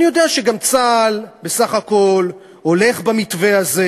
אני גם יודע שצה"ל בסך הכול הולך במתווה הזה.